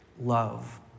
love